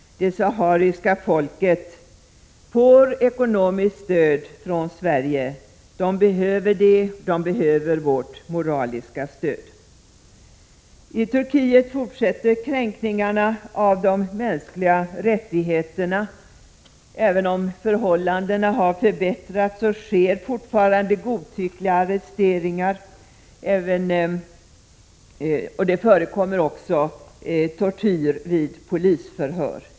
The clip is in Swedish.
Det sahariska folket får ekonomiskt stöd från Sverige — det behöver detta stöd, och det behöver även vårt moraliska stöd. I Turkiet fortsätter kränkningarna av de mänskliga rättigheterna. Även om förhållandena har förbättrats sker fortfarande godtyckliga arresteringar, och det förekommer tortyr vid polisförhör.